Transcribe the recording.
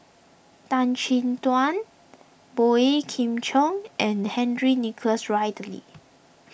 Tan Chin Tuan Boey Kim Cheng and Henry Nicholas Ridley